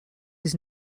was